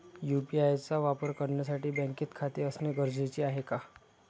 UPI चा वापर करण्यासाठी बँकेत खाते असणे गरजेचे आहे का?